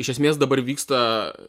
iš esmės dabar vyksta